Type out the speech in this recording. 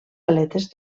aletes